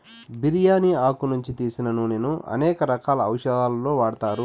బిర్యాని ఆకు నుంచి తీసిన నూనెను అనేక రకాల ఔషదాలలో వాడతారు